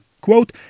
Quote